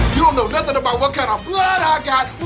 don't know nothing about what kind of blood i got,